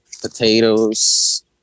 potatoes